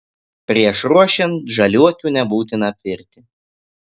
prieš ruošiant žaliuokių nebūtina apvirti